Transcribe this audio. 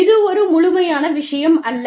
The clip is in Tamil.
இது ஒரு முழுமையான விஷயம் அல்ல